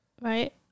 Right